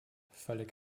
völlig